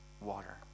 water